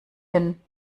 hin